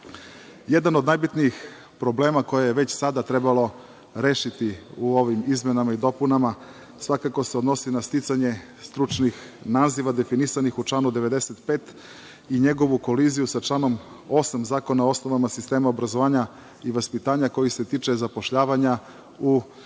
šansa. Jedan od najbitnijih problema koje je već sada trebalo rešiti u ovim izmenama i dopunama svakako se odnosi na sticanje stručnih naziva, definisanih u članu 95. i njegovu koliziju sa članom 8. Zakona o osnovama sistema obrazovanja i vaspitanja koji se tiče zapošljavanja u